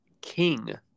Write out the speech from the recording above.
King